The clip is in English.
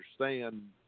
understand